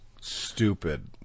stupid